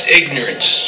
ignorance